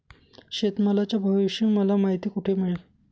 शेतमालाच्या भावाविषयी मला माहिती कोठे मिळेल?